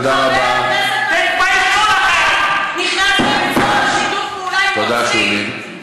נכנס לבית-סוהר על שיתוף פעולה עם רוצחים ומחבלים.